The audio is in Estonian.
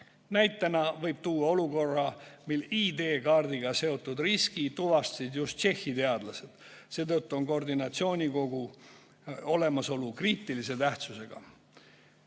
Näitena võib tuua olukorra, mil ID-kaardiga seotud riski tuvastasid just Tšehhi teadlased. Seetõttu on koordinatsioonikogu olemasolu kriitilise tähtsusega.